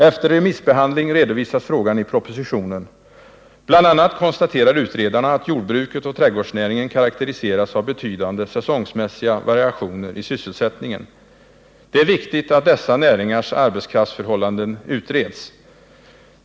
Efter remissbehandling redovisas frågan i propositionen. Bl.a. konstaterar utredarna att jordbruket och trädgårdsnäringen karakteriseras av betydande säsongmässiga variationer i sysselsättningen. Det är viktigt att dessa näringars arbetskraftsförhållanden utreds.